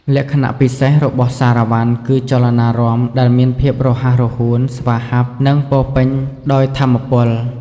លក្ខណៈពិសេសរបស់សារ៉ាវ៉ាន់ គឺចលនារាំដែលមានភាពរហ័សរហួន ស្វាហាប់ និងពោរពេញដោយថាមពល។